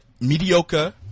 mediocre